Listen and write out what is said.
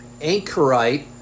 Anchorite